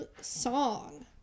song